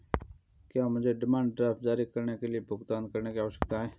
क्या मुझे demand draft जारी करने के लिए भुगतान करने की आवश्यकता है?